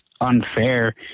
unfair